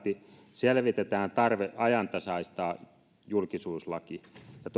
selvitetään tarve ajantasaistaa julkisuuslaki ja